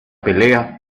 pelea